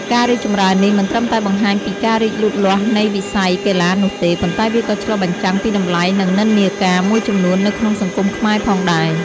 ការរីកចម្រើននេះ មិនត្រឹមតែបង្ហាញពីការរីកលូតលាស់នៃវិស័យកីឡានោះទេ ប៉ុន្តែវាក៏ឆ្លុះបញ្ចាំងពីតម្លៃ និងនិន្នាការមួយចំនួននៅក្នុងសង្គមខ្មែរផងដែរ។